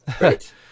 Right